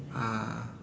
ah